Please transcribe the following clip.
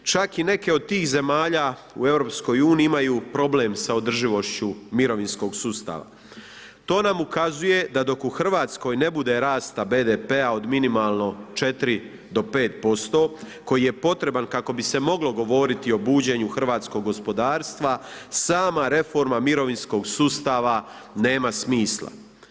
Čak i neke od tih zemalja u EU imaju problem sa održivošću mirovinskog sustava, to nam ukazuje da dok u Hrvatskoj ne bude rasta BDP-a od minimalno 4 do 5% koji je potreban kako bi se moglo govoriti o buđenju hrvatskog gospodarstva sama reforma mirovinskog sustava nema smisla.